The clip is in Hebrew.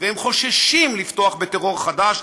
והם חוששים לפתוח בטרור חדש,